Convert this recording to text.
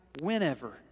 whenever